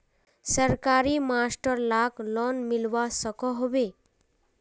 सरकारी मास्टर लाक लोन मिलवा सकोहो होबे?